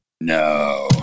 no